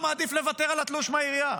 הוא מעדיף לוותר על התלוש מהעירייה.